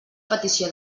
petició